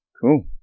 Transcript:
Cool